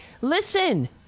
listen